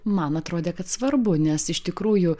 man atrodė kad svarbu nes iš tikrųjų